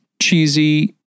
cheesy